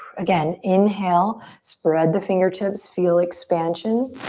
again, inhale. spread the fingertips. feel expansion.